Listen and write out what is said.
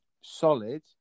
solid